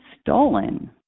stolen